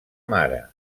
mare